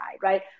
Right